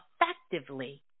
effectively